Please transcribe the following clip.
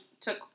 took